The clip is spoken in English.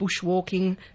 bushwalking